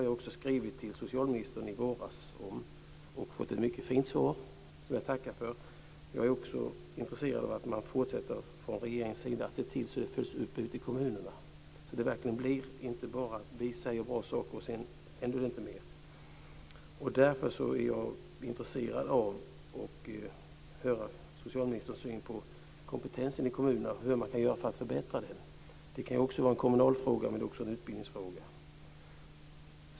Jag skrev i våras till socialministern om detta och fick ett mycket fint svar, som jag tackar för. Jag är intresserad av att man från regeringens sida ser till att det också förs ut till kommunerna. Det får inte bli så att man säger bra saker utan att sedan någonting händer. Jag vore därför intresserad av att få besked om socialministerns syn på vad man kan göra för att förbättra kommunernas kompetens i detta avseende. Det kan vara dels en kommunal fråga, dels en utbildningsfråga.